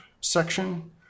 section